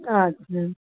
अछा